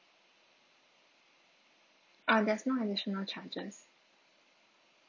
ah there's no additional charges